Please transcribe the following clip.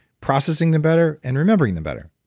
processing them better, and remembering them better?